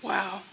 Wow